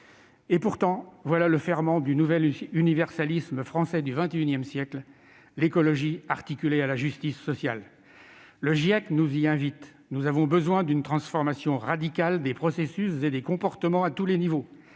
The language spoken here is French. Et pourtant, le ferment du nouvel universalisme français du XXI siècle consiste bien à lier l'écologie à la justice sociale. Le GIEC nous y invite :« Nous avons besoin d'une transformation radicale des processus et des comportements à tous les niveaux